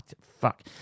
Fuck